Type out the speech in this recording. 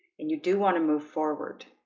and you do want to move forward?